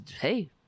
hey